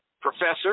Professor